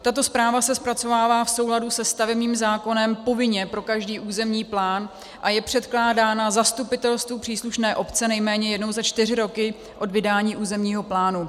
Tato zpráva se zpracovává v souladu se stavebním zákonem povinně pro každý územní plán a je předkládána zastupitelstvu příslušné obce nejméně jednou za čtyři roky od vydání územního plánu.